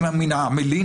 שמא מן המלין,